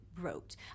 wrote